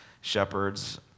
shepherds